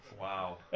Wow